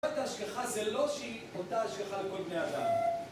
ההשגחה זה לא שהיא אותה ההשגחה לכל בני האדם